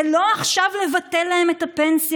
זה לא עכשיו לבטל להם את הפנסיות,